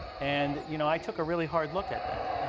and you know i took a really hard look at that,